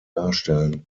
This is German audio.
darstellen